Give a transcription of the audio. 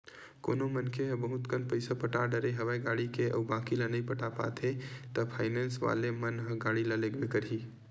कोनो मनखे ह बहुत कन पइसा पटा डरे हवे गाड़ी के अउ बाकी ल नइ पटा पाते हे ता फायनेंस वाले मन ह गाड़ी ल लेगबे करही